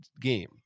game